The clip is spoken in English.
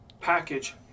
Package